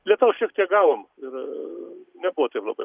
lietaus šiek tiek gavom ir nebuvo taip labai blogai